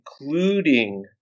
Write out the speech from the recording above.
including